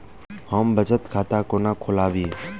हम बचत खाता कोना खोलाबी?